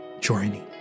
journey